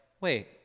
wait